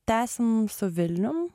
tęsim su vilnium